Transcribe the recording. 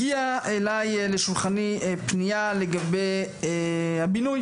הגיעה אליי לשולחני פנייה לגבי הבינוי